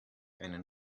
einen